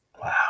Wow